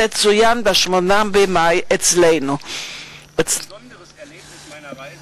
צוינו אצלנו ב-8 במאי.